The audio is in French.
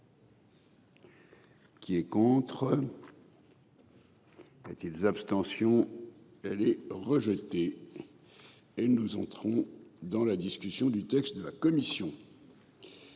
Qui est contre. A été abstentions. Elle est rejetée. Et nous entrons dans la discussion du texte de la commission.